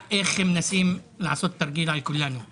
אז מביאים להם תקנים ועדיין לא מסדרים להם את כל נושא